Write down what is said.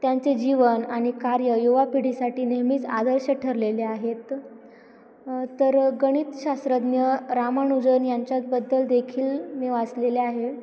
त्यांचे जीवन आणि कार्य युवा पिढीसाठी नेहमीच आदर्श ठरलेले आहेत तर गणित शास्त्रज्ञ रामानुजन यांच्याबद्दल देखील मी वाचलेले आहे